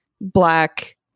Black